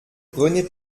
rené